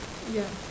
ya